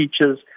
teachers